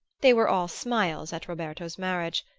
they were all smiles at roberto's marriage,